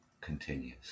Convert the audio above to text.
continues